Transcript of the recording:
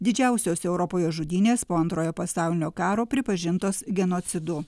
didžiausios europoje žudynės po antrojo pasaulinio karo pripažintos genocidu